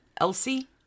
Elsie